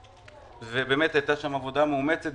הייתה שם עבודה מאומצת.